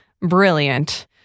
brilliant